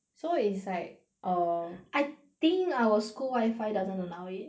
so is like err I think our school wifi doesn't allow it